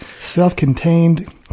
Self-contained